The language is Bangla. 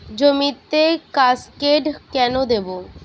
জমিতে কাসকেড কেন দেবো?